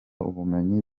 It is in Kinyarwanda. ubumenyi